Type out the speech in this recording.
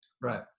Right